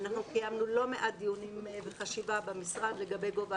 אנחנו קיימנו לא מעט דיונים וחשיבה במשרד לגבי גובה